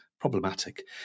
problematic